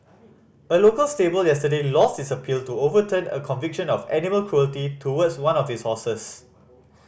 a local stable yesterday lost its appeal to overturn a conviction of animal cruelty towards one of its horses